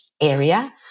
area